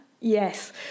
Yes